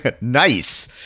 Nice